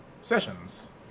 sessions